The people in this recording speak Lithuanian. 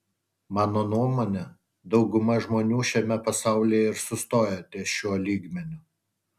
mano nuomone dauguma žmonių šiame pasaulyje ir sustojo ties šiuo lygmeniu